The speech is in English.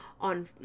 on